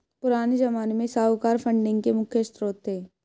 पुराने ज़माने में साहूकार फंडिंग के मुख्य श्रोत थे